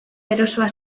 erosoa